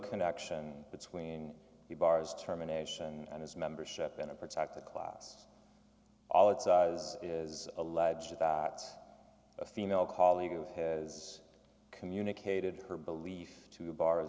connection between the bars terminations and his membership in a protected class all it's as is alleged that a female colleague of his communicated her belief to a bar